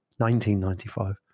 1995